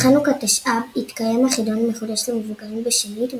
בחנוכה תשע"ב התקיים החידון המחודש למבוגרים בשנית,